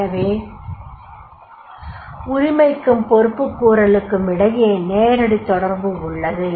எனவே உரிமைக்கும் பொறுப்புக்கூறலுக்கும் இடையே நேரடித் தொடர்பு உள்ளது